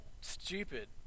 stupid